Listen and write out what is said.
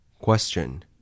Question